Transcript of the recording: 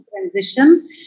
transition